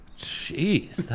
Jeez